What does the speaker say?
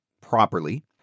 properly